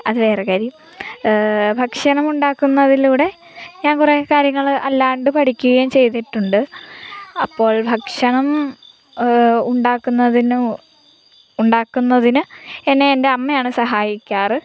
അത് വേറെ കാര്യം ഭക്ഷണം ഉണ്ടാക്കുന്നതിലൂടെ ഞാൻ കുറേ കാര്യങ്ങൾ അല്ലാണ്ട് പഠിക്കുകയും ചെയ്തിട്ടുണ്ട് അപ്പോൾ ഭക്ഷണം ഉണ്ടാക്കുന്നതിനും ഉണ്ടാക്കുന്നതിന് എന്നെ എൻ്റെ അമ്മയാണ് സഹായിക്കാറ്